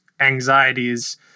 anxieties